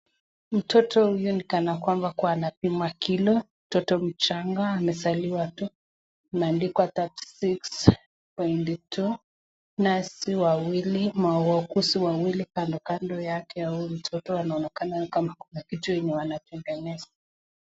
Mtoto huyu nikanana kwamba kuwa anapimwa kilo. Mtoto mchanga amezaliwa tu imeaandikwa 36.2,(cs).Nasi,(cs), wawili na wauguzi wawili kando kando yake wa huyu mtoto wanaonekana kama kuna kitu yenye wanatengeneza.